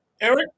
Eric